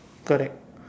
correct